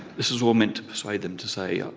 this is all meant to persuade them to say, ah